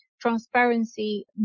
transparency